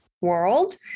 world